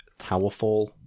Towerfall